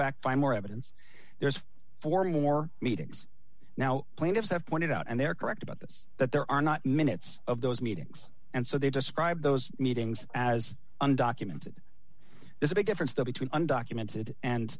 back find more evidence there's forty more meetings now plaintiffs have pointed out and they're correct about this that there are not minutes of those meetings and so they describe those meetings as undocumented there's a big difference though between undocumented and